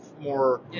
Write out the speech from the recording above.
more